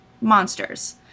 monsters